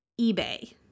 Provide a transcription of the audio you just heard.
eBay